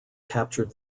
captured